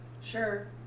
Sure